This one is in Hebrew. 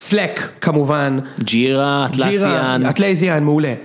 Slack כמובן, Jira Atlassian, מעולה.